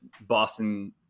Boston